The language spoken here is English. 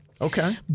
Okay